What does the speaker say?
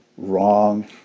Wrong